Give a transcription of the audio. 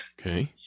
okay